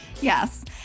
Yes